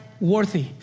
worthy